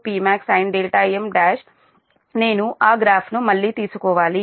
కాబట్టి Pi K2 Pmaxsinm1 నేను ఆ గ్రాఫ్ను మళ్ళీ తీసుకోవాలి